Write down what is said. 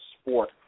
sport